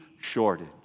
shortage